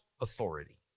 authority